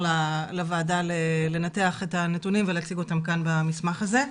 לוועדה לנתח את הנתונים ולהציג אותם כאן במסמך הזה.